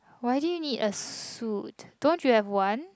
why did you need a suit don't you have one